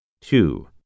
Two